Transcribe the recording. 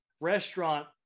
restaurant